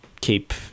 keep